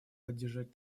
поддержать